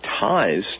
ties